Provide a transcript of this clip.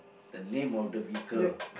the name of the vehicle